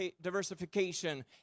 diversification